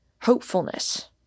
hopefulness